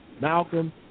Malcolm